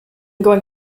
going